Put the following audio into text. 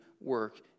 work